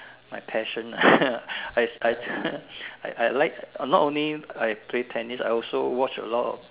my passion ah I I I like not only I play tennis I also watch a lot of